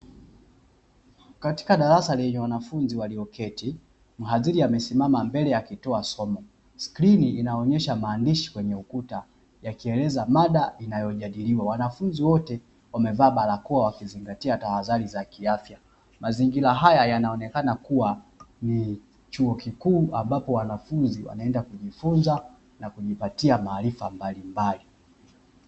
Katika darasa lenye wanafunzi walioketi mhadhiri amesimama mbele akitoa somo, skirini inaonyesha maandishi kwenye ukuta yakieleza mada inayojadiliwa, na wanafunzi wote wamevaa barakoa wakizingatia tahadhari za kiafya, mazingira haya yanaonekana kuwa ni chuo kikuu ambapo wanafunzi wanaenda kujifunza na kujipatia maarifa mbalimbali.